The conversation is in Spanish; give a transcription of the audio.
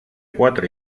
cuatro